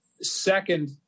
second